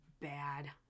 bad